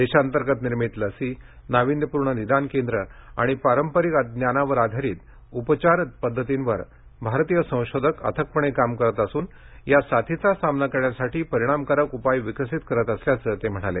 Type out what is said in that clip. देशांतर्गत निर्मित लसी नाविन्यपूर्ण निदान केंद्र आणि पारंपरिक ज्ञानावर आधारित उपचार पद्धतींवर भारतीय संशोधक अथकपणे काम करत असून या साथीचा सामना करण्यासाठी परिणामकारक उपाय विकसित करत असल्याचं ते म्हणाले